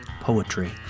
poetry